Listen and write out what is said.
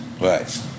Right